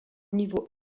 niveau